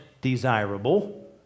desirable